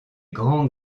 grands